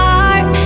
heart